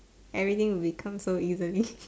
everything will become so easily